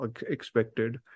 expected